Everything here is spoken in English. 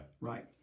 Right